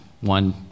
one